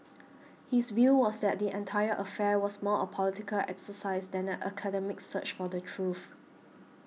his view was that the entire affair was more a political exercise than an academic search for the truth